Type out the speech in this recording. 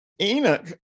Enoch